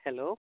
hello